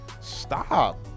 Stop